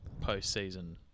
postseason